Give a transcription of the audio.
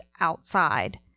outside